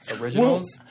Originals